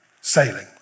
sailing